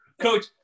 coach